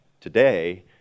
today